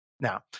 Now